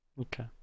Okay